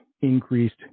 increased